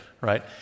Right